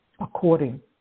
according